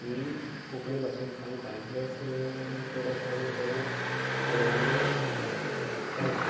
ती कोंकणी भाशेंत सांगता इतलेच चड अशे आमी खंयी पळयल्लें केला